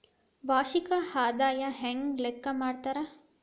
ವಾರ್ಷಿಕ ಆದಾಯನ ಹೆಂಗ ಲೆಕ್ಕಾ ಮಾಡ್ತಾರಾ?